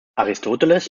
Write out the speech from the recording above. aristoteles